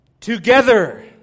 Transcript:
together